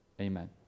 Amen